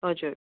हजुर